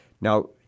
Now